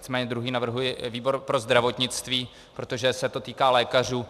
Nicméně druhý navrhuji výbor pro zdravotnictví, protože se to týká lékařů.